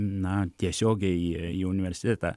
na tiesiogiai į į universitetą